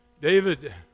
David